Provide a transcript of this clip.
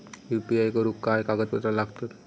UPI करुक काय कागदपत्रा लागतत?